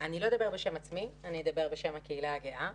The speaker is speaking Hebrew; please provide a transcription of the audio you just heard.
אני לא אדבר בשם עצמי, אני אדבר בשם הקהילה הגאה.